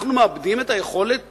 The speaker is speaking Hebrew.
אנחנו מאבדים את היכולת